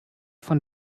von